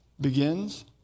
begins